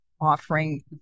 offering